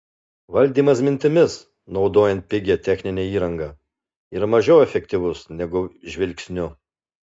valdymas mintimis naudojant pigią techninę įrangą yra mažiau efektyvus negu žvilgsniu